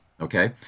Okay